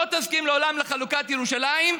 לא יסכים לעולם לחלוקת ירושלים,